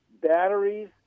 batteries